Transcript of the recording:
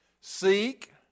Seek